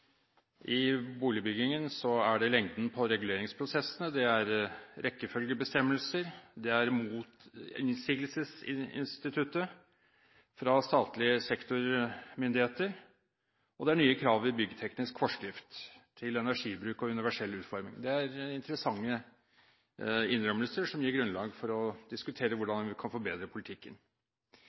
i boligbyggingen er lengden på reguleringsprosessene, rekkefølgebestemmelser, innsigelsesinstituttet fra statlige sektormyndigheter og nye krav i byggteknisk forskrift til energibruk og universell utforming. Det er interessante innrømmelser som gir grunnlag for å diskutere hvordan man kan forbedre politikken.